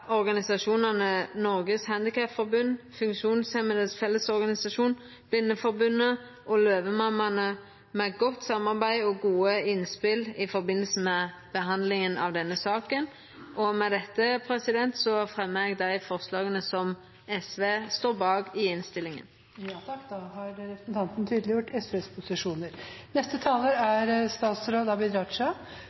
organisasjonane Norges Handikapforbund, Funksjonshemmedes Fellesorganisasjon, Blindeforbundet og Løvemammaene for godt samarbeid og gode innspel i samband med behandlinga av denne saka. Med dette tek eg opp det forslaget som SV står åleine bak i innstillinga. Representanten Solfrid Lerbrekk har tatt opp det forslaget hun refererte til. Regjeringens visjon er